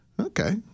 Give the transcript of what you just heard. Okay